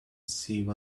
see